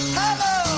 hello